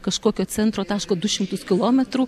kažkokio centro taško du šimtus kilometrų